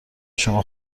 شما